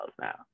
now